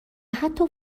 حتی